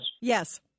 Yes